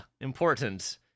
important